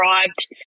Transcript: arrived